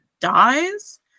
dies